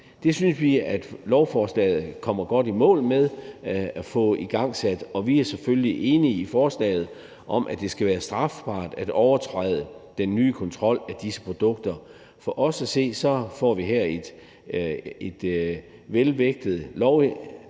Det synes vi at lovforslaget kommer godt i mål med at få igangsat, og vi er selvfølgelig enige i forslaget om, at det skal være strafbart at overtræde den nye kontrol af disse produkter. For os at se får vi her et velvægtet lovindgreb